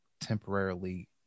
temporarily